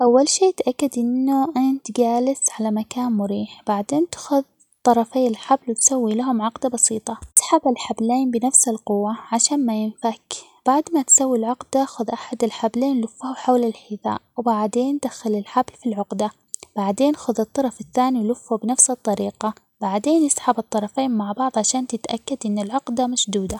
أول شيء تأكد إنه انت جالس على مكان مريح، بعدين تاخذ طرفي الحبل وتسوي لهم عقدة بسيطة تسحب الحبلين بنفس القوة عشان ما ينفعك بعد ما تسوي العقدة، خذ أحد الحبلين لفه حول الحذاء وبعدين دخل الحبل في العقدة، بعدين خذ الطرف الثاني ولفه بنفس الطريقة بعدين يسحب الطرفين مع بعض عشان تتأكد إن العقدة مشدودة.